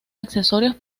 accesorios